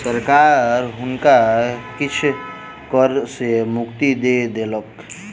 सरकार हुनका किछ कर सॅ मुक्ति दय देलक